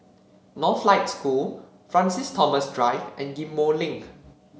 Northlight School Francis Thomas Drive and Ghim Moh Link